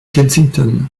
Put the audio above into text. kensington